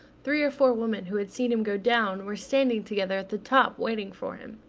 three or four women who had seen him go down were standing together at the top waiting for him.